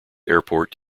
airport